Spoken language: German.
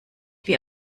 wie